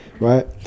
Right